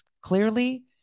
clearly